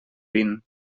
vint